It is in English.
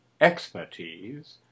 expertise